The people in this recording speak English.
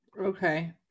Okay